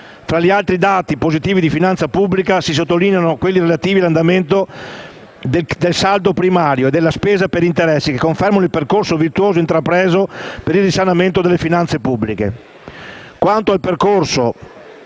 Fra gli altri dati positivi di finanza pubblica si sottolineano quelli relativi all'andamento del saldo primario e della spesa per interessi, che confermano il percorso virtuoso intrapreso verso il risanamento delle finanze pubbliche.